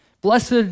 Blessed